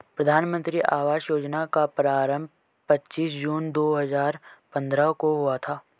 प्रधानमन्त्री आवास योजना का आरम्भ पच्चीस जून दो हजार पन्द्रह को हुआ था